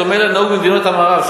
תעריף המכס דומה לנהוג במדינות המערב.